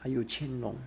还有乾隆